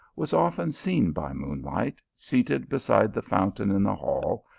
was often seen by moonlight seated beside the fountain in the hall,